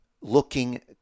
looking